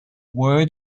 word